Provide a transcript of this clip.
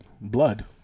blood